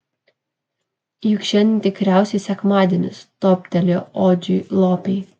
juk šiandien tikriausiai sekmadienis toptelėjo odžiui lopei